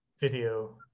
video